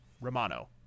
Romano